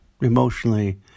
emotionally